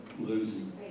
losing